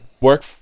work